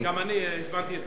הזמנתי את כבל ממקום אחר.